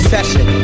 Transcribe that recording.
Session